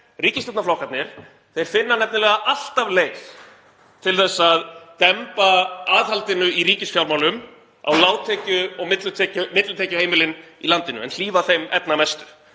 Ríkisstjórnarflokkarnir finna nefnilega alltaf leið til að demba aðhaldinu í ríkisfjármálum á lágtekju- og millitekjuheimilin í landinu en hlífa þeim efnamestu.